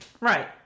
Right